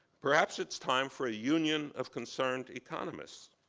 perhaps it's time for a union of concerned economists.